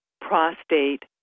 prostate